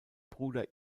bruder